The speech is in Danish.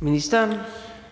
Kl.